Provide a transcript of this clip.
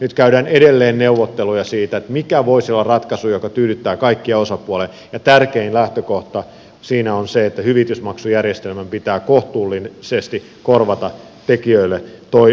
nyt käydään edelleen neuvotteluja siitä mikä voisi olla ratkaisu joka tyydyttää kaikkia osapuolia ja tärkein lähtökohta siinä on se että hyvitysmaksujärjestelmän pitää kohtuullisesti korvata tekijöille toimeentulo